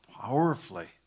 powerfully